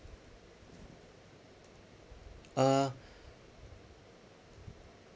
uh